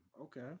Okay